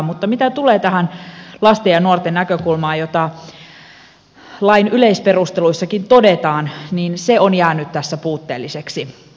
mutta mitä tulee tähän lasten ja nuorten näkökulmaan josta lain yleisperusteluissakin todetaan niin se on jäänyt tässä puutteelliseksi